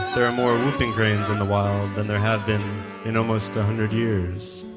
there are more whooping cranes in the wild than there have been in almost a hundred years